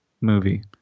movie